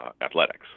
athletics